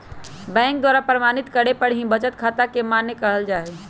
bank के द्वारा प्रमाणित करे पर ही बचत खाता के मान्य कईल जाहई